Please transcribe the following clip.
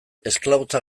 esklabotza